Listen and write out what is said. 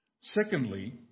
Secondly